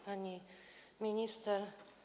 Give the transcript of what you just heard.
Pani Minister!